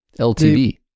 LTV